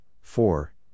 Four